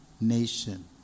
nation